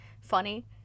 funny